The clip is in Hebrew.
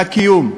את דמי הקיום,